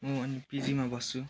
म अनि पिजीमा बस्छु